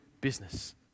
business